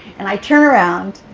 and i turn around,